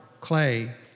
clay